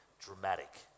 dramatic